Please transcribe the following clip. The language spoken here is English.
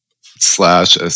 slash